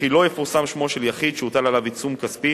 וכי לא יפורסם שמו של יחיד שהוטל עליו עיצום כספי,